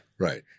Right